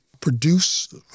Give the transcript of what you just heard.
produce